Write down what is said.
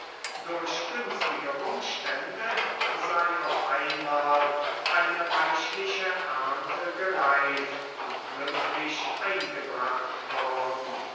durch günstige umstände sei auf einmal eine reichliche ernte gereift und glücklich eingebracht worden